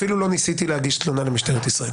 אפילו לא ניסיתי להגיש תלונה למשטרת ישראל